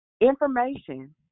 Information